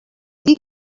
dir